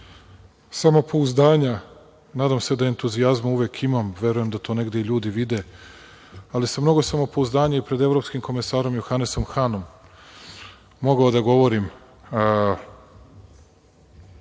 samopouzdanja, nadam se da entuzijazma uvek imam, premda verujem da to ljudi negde i vide, ali sa mnogo samopouzdanja i pred evropskim komesarom Johanesom Hanom mogao da govorim